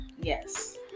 yes